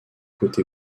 côté